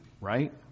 right